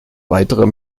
weiterer